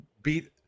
Beat